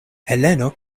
heleno